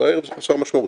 בערב זה חסר משמעות.